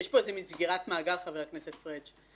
יש פה מעין סגירת מעגל, חבר הכנסת פריג'.